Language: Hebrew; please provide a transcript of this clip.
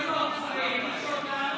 הקדוש ברוך הוא העניש אותנו עם ראש ממשלה פסיכי,